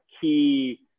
key